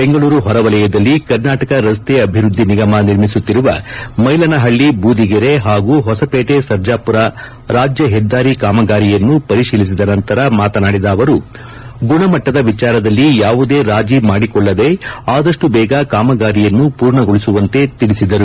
ಬೆಂಗಳೂರು ಹೊರವಲಯದಲ್ಲಿ ಕರ್ನಾಟಕ ರಸ್ತೆ ಅಭಿವೃದ್ಲಿ ನಿಗಮ ನಿರ್ಮಿಸುತ್ತಿರುವ ಮೈಲನಹಲ್ಲಿ ಬೂದಿಗೆರೆ ಹಾಗೂ ಹೊಸಪೇಟೆ ಸರ್ಜಾಪುರ ರಾಜ್ಯ ಪೆದ್ದಾರಿ ಕಾಮಗಾರಿಯನ್ನು ಪರಿಶೀಲಿಸಿದ ನಂತರ ಮಾತನಾಡಿದ ಅವರು ಗುಣಮುಟ್ಟದ ವಿಚಾರದಲ್ಲಿ ಯಾವುದೆ ರಾಜಿ ಮಾಡಿಕೊಳ್ಳದೆ ಆದಪ್ಟು ಬೇಗ ಕಾಮಗಾರಿಯನ್ನು ಪೂರ್ಣಗೊಳಿಸುವಂತೆ ತಿಳಿಸಿದರು